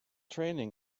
training